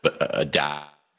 adapt